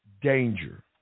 danger